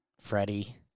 Freddie –